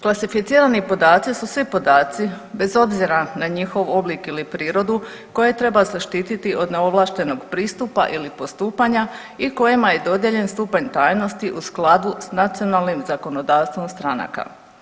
Klasificirani podaci su svi podaci bez obzira na njihov oblik ili prirodu koje treba zaštiti od neovlaštenog pristupa ili postupanja i kojima je dodijeljen stupanj tajnosti u skladu s nacionalnim zakonodavstvom stranaka.